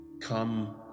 Come